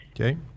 Okay